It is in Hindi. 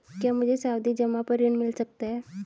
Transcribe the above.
क्या मुझे सावधि जमा पर ऋण मिल सकता है?